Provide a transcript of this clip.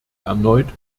erneut